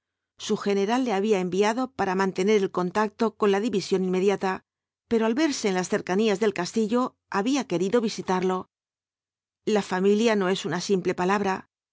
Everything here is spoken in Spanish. su general le había enviado para mantener el contacto con la división inmediata pero al verse en las cercanías del castillo había querido visitarlo la familia no es una simple palabra